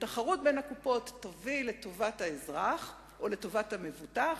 תחרות בין הקופות תהיה לטובת האזרח או לטובת המבוטח.